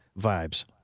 vibes